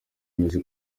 bimeze